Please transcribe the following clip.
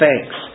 thanks